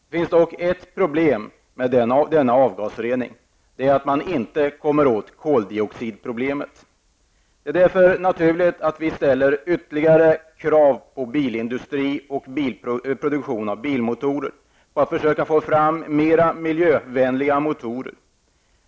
Det finns dock ett problem med denna avgasrening, och det är att man inte kommer åt koldioxidproblemet. Det är därför naturligt att vi ställer ytterligare krav på bilindustrin och produktionen av bilmotorer för att försöka få fram mer miljövänliga motorer.